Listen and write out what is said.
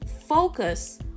focus